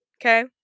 Okay